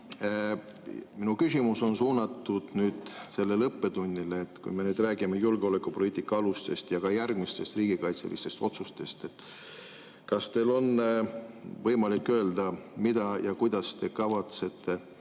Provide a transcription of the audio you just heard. Minu küsimus on suunatud sellele õppetunnile. Kui me räägime julgeolekupoliitika alustest ja ka järgmistest riigikaitselistest otsustest, kas teil on võimalik öelda, kuidas te kavatsete